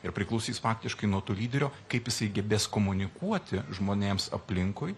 ir priklausys faktiškai nuo to lyderio kaip jisai gebės komunikuoti žmonėms aplinkui